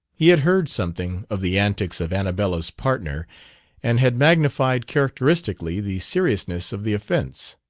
he had heard something of the antics of annabella's partner and had magnified characteristically the seriousness of the offense.